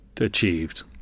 Achieved